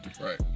Right